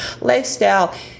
lifestyle